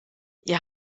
ihr